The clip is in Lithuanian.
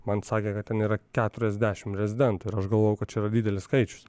man sakė kad ten yra keturiasdešim rezidentų ir aš galvojau kad čia yra didelis skaičius